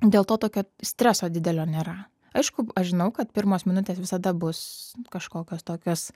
dėl to tokio streso didelio nėra aišku aš žinau kad pirmos minutės visada bus kažkokios tokios